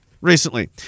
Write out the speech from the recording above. recently